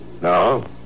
No